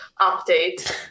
update